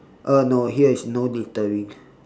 uh no here is no littering